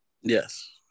Yes